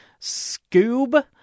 Scoob